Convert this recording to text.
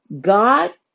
God